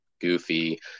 Goofy